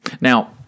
Now